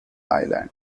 island